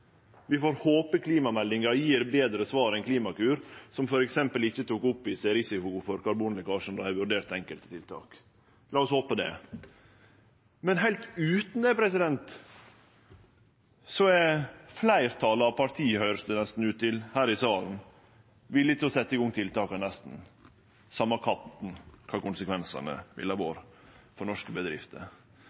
Vi får håpe klimameldinga gjev betre svar enn Klimakur, som f.eks. ikkje tok opp i seg risikoen for karbonlekkasje då dei vurderte enkelte tiltak. La oss håpe det. Men heilt utanom det er fleirtalet av partia her i salen, høyrest det nesten ut til, villige til å setje i gang tiltaka nesten same kva konsekvensane ville vore for norske bedrifter.